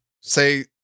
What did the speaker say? say